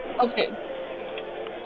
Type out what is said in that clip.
Okay